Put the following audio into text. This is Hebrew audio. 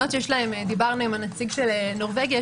דיברנו עם הנציג של נורבגיה,